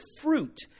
fruit